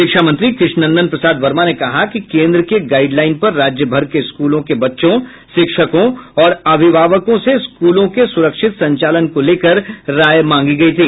शिक्षा मंत्री कृष्णनंदन प्रसाद वर्मा ने कहा कि केंद्र के गाईडलाइन पर राज्यभर के स्कूलों के बच्चों शिक्षकों और अभिभावकों से स्कूलों के स्रक्षित संचालन को लेकर राय मांगी गयी थी